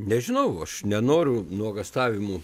nežinau aš nenoriu nuogąstavimų